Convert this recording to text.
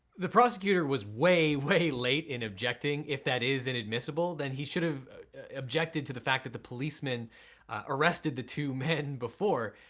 the prosector was way way late in objecting if that is inadmissible then he should of objected to the fact that the policemen arrested the two men before.